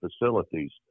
facilities